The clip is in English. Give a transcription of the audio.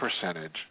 percentage